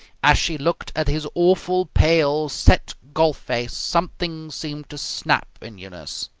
as she looked at his awful, pale, set golf face, something seemed to snap in eunice.